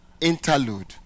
interlude